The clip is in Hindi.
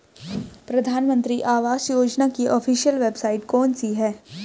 प्रधानमंत्री आवास योजना की ऑफिशियल वेबसाइट कौन सी है?